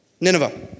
Nineveh